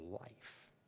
life